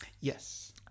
Yes